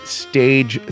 stage